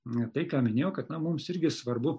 tai ką minėjau kad na mums irgi svarbu